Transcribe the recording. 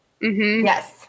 yes